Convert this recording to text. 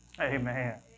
amen